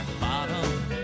bottom